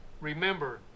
Remember